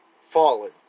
fallen